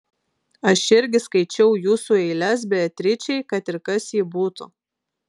aš irgi skaičiau jūsų eiles beatričei kad ir kas ji būtų